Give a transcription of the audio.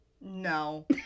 No